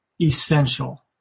essential